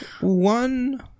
one